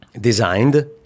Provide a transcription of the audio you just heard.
designed